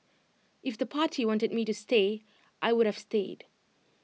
if the party wanted me to stay I would have stayed